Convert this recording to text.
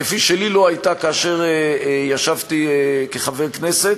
כפי שלי לא הייתה כאשר ישבתי כחבר הכנסת.